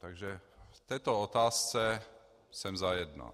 Takže v této otázce jsem zajedno.